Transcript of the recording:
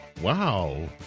Wow